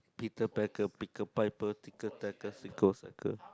Peter Pecker picked a piper tick a tackle he goes cycle